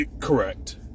Correct